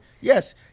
yes